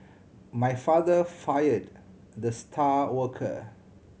my father fired the star worker